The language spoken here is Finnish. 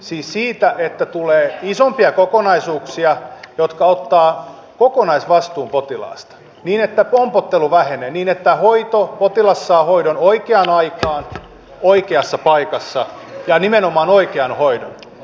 siis siitä että tulee isompia kokonaisuuksia jotka ottavat kokonaisvastuun potilaasta niin että pompottelu vähenee niin että potilas saa hoidon oikeaan aikaan oikeassa paikassa ja nimenomaan oikean hoidon